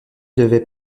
devait